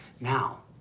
now